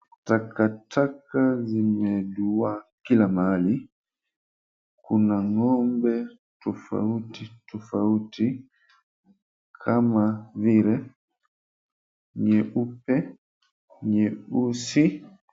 Takataka zimeduwaa kila mahali, kuna ng'ombe tofauti tofauti kama vile nyeupe, nyeusi.